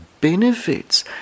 benefits